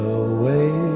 away